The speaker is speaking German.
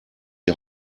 die